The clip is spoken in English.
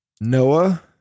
Noah